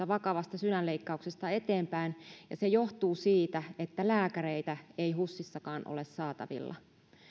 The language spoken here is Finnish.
vakavasta sydänleikkauksesta eteenpäin ja se johtuu siitä että lääkäreitä ei husissakaan ole saatavilla